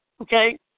Okay